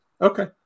Okay